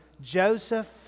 Joseph